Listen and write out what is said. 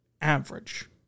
average